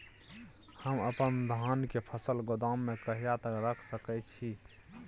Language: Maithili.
हम अपन धान के फसल गोदाम में कहिया तक रख सकैय छी?